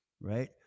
right